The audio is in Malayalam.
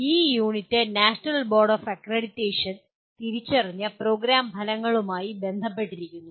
ഈ unit national board of accreditation തിരിച്ചറിഞ്ഞ പ്രോഗ്രാം ഫലങ്ങളുമായി ബന്ധപ്പെട്ടിരിക്കുന്നു